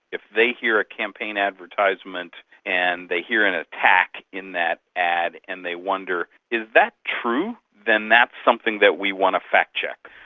if they hear a campaign advertisement and they hear an attack in that ad and they wonder is that true? then that's something that we want to fact-check.